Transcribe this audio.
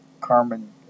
Carmen